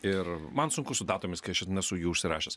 ir man sunku su datomis kai aš nesu jų užsirašęs